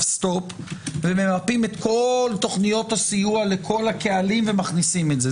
סטופ וממפים את כל תוכניות הסיוע לכל הקהלים ומכניסים את זה,